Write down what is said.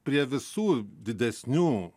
prie visų didesnių